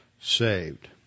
saved